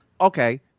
Okay